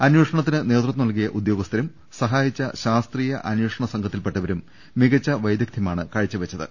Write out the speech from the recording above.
അന്വേഷണ ത്തിന് നേതൃത്വം നൽകിയ ഉദ്യോഗസ്ഥരും സഹായിച്ച ശാസ്ത്രീയ അന്വേഷണ സംഘത്തിൽപ്പെട്ടവരും മികച്ച വൈദഗ്ദ്ധ്യമാണ് കാഴ്ചവെച്ചത്